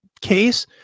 case